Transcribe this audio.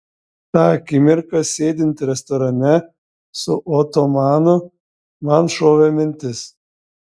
tą akimirką sėdint restorane su otomanu man šovė mintis